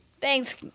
Thanks